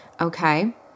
Okay